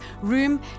room